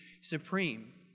supreme